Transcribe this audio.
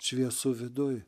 šviesu viduj